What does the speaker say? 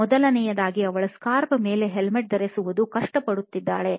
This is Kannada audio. ಮೊದಲನೆಯದಾಗಿ ಅವಳು ಸ್ಕಾರ್ಫ್ ಮೇಲೆ ಹೆಲ್ಮೆಟ್ ಧರಿಸಲು ಕಷ್ಟಪಡುತ್ತಾಳೆ